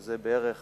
שזה בערך